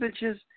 bitches